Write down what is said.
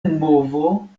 movo